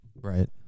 Right